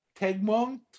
Tegmont